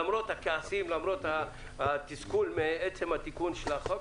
למרות הכעסים, למרות התסכול מעצם התיקון של החוק,